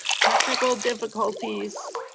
technical difficulties.